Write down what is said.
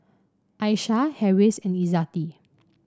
Aisyah Harris and Izzati